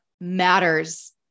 matters